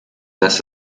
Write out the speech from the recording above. dass